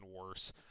worse